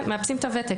מאפסים את הוותק.